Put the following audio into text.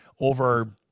over